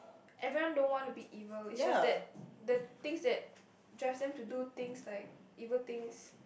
everyone don't want to be evil is just that the things that judge them to do things like evil things